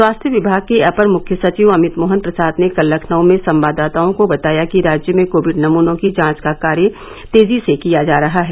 स्वास्थ्य विभाग के अपर मुख्य सचिव अमित मोहन प्रसाद ने कल लखनऊ में संवाददाताओं को बताया कि राज्य में कोविड नमूनों की जांच का कार्य तेजी से किया जा रहा है